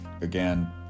again